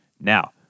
now